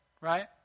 right